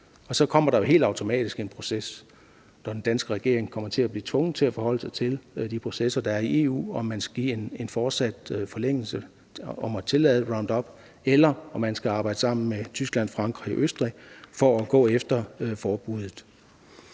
går jo helt automatisk en proces i gang, når den danske regering bliver tvunget til at forholde sig til de processer, der er i EU, og så kommer spørgsmålet: Skal man give en forlængelse og fortsat tillade Roundup, eller skal man skal arbejde sammen med Tyskland, Frankrig og Østrig om at gå efter forbuddet?